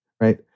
Right